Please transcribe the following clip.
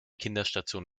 kinderstation